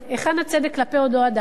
היכן הצדק כלפי אותו אדם?